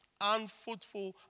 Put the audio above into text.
Unfruitful